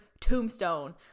tombstone